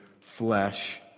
flesh